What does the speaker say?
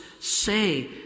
say